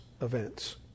events